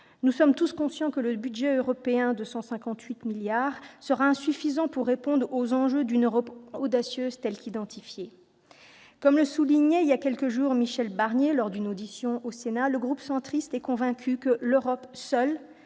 Nous sommes tous conscients que le budget européen, de 158 milliards, sera insuffisant pour répondre aux enjeux d'une Europe audacieuse, tels qu'ils ont été identifiés. Comme le soulignait il y a quelques jours Michel Barnier lors d'une audition au Sénat, le groupe centriste est convaincu que seule